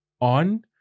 on